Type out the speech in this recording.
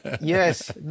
yes